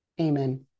Amen